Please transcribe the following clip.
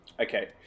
Okay